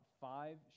five